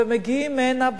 ומגיעים הנה,